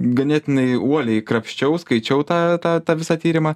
ganėtinai uoliai krapščiau skaičiau tą tą visą tyrimą